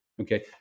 Okay